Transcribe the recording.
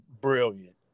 brilliant